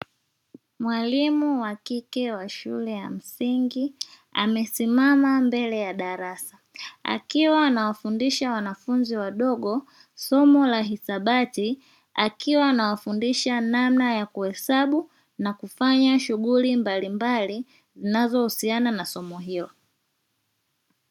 Mwalimu wa kike wa shule ya msingi amesimama mbele ya darasa akiwa anawafundisha wanafunzi wadogo somo la hisabati akiwa anawafundisha namna ya kuhesabu na kufanya shughuli mbalimbali zinazohusiana na somo hilo.